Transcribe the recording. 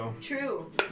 True